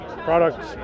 products